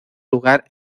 lugar